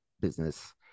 business